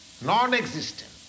non-existent